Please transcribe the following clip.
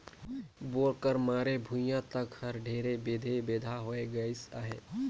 bore कर मारे भुईया तक हर ढेरे बेधे बेंधा होए गइस अहे